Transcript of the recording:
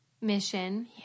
mission